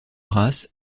race